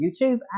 YouTube